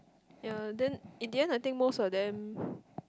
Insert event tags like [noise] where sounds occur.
yeah then in the end I think most of them [breath]